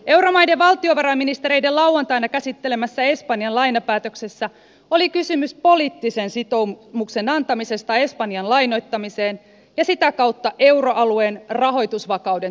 euromaiden valtiovarainministereiden lauantaina käsittelemässä espanjan lainapäätöksessä oli kysymys poliittisen sitoumuksen antamisesta espanjan lainoittamiseen ja sitä kautta euroalueen rahoitusvakauden turvaamiseen